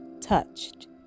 touched